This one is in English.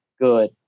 good